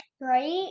Right